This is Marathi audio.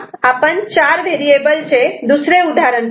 आता आपण चार व्हेरिएबल चे दुसरे उदाहरण पाहू